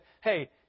hey